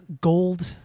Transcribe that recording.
gold